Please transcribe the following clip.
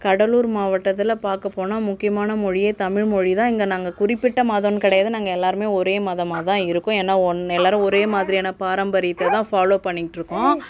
கடலூர் மாவட்டத்தில் பார்க்க போனால் முக்கியமான மொழியே தமிழ் மொழி தான் இங்கே நாங்கள் குறிப்பிட்ட மதம்ன்னு கிடையாது நாங்கள் எல்லோருமே ஒரு மதமாக தான் இருக்கோம் ஏன்னால் ஒன்றா எல்லோரும் ஒரே மாதிரியான பாரம்பரியத்தை தான் ஃபாலோவ் பண்ணிக்கிட்டு இருக்கோம்